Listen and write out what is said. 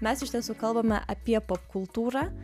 mes iš tiesų kalbame apie pop kultūrą